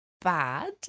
bad